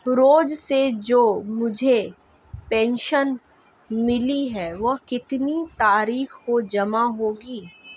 रोज़ से जो मुझे पेंशन मिलती है वह कितनी तारीख को जमा होगी?